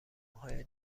های